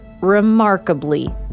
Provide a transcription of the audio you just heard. remarkably